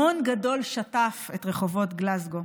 המון גדול שטף את רחובות גלזגו.